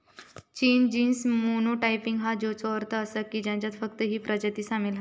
चिंच genus monotypic हा, ज्याचो अर्थ असा की ह्याच्यात फक्त हीच प्रजाती सामील हा